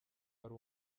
ari